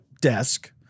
desk